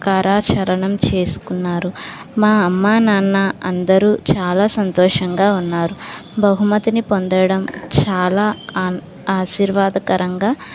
కరచరణం చేసుకున్నారు మా అమ్మ నాన్న అందరూ చాలా సంతోషంగా ఉన్నారు బహుమతిని పొందడం చాలా ఆన్ ఆశీర్వాదకరంగా